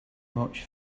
much